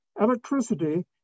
Electricity